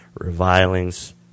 revilings